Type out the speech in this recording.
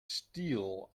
steel